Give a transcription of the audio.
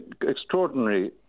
extraordinary